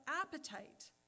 appetite